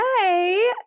Hey